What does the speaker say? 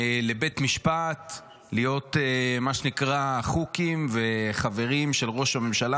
לבית משפט להיות מה שנקרא אחוקים וחברים של ראש הממשלה,